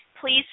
Please